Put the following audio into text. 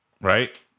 right